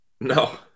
No